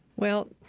well,